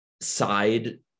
side